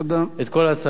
אבל את צודקת,